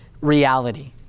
reality